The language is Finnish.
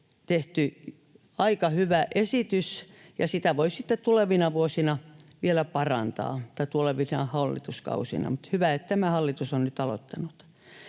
edes aika hyvä esitys, ja sitä voi sitten tulevina vuosina vielä parantaa, tai tulevina hallituskausina. Mutta on hyvä, että tämä hallitus on nyt aloittanut.